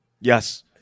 Yes